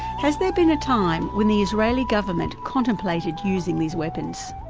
has there been a time when the israeli government contemplated using these weapons?